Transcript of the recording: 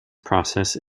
process